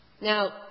Now